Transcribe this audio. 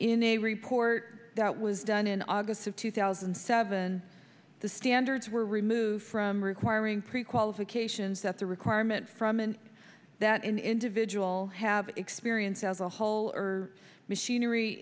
in a report that was done in august of two thousand and seven the standards were removed from requiring pre qualifications that's a requirement from and that an individual have experience as a whole or machinery